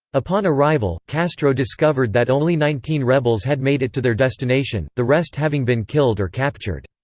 upon arrival, castro discovered that only nineteen rebels had made it to their destination, the rest having been killed or captured.